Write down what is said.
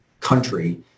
country